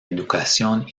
educación